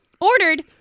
Ordered